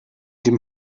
dem